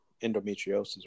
endometriosis